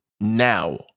now